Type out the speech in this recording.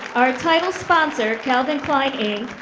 our title sponsor calvin klein inc,